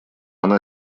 она